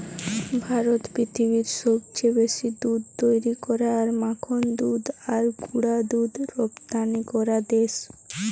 ভারত পৃথিবীর সবচেয়ে বেশি দুধ তৈরী করা আর মাখন দুধ আর গুঁড়া দুধ রপ্তানি করা দেশ